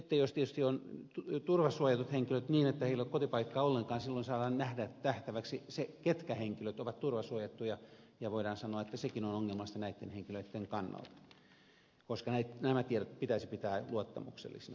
tietysti sitten jos on turvasuojattuja henkilöitä niin että heillä ei ole kotipaikkaa ollenkaan silloin saadaan nähtäväksi se ketkä henkilöt ovat turvasuojattuja ja voidaan sanoa että sekin on ongelmallista näitten henkilöitten kannalta koska nämä tiedot pitäisi pitää luottamuksellisina